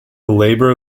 labor